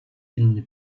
inni